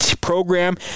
program